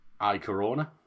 iCorona